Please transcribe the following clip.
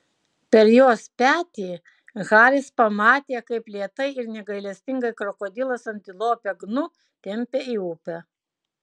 per jos petį haris pamatė kaip lėtai ir negailestingai krokodilas antilopę gnu tempia į upę